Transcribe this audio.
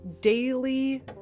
daily